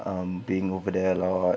um being over there lah what